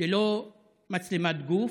ללא מצלמת גוף,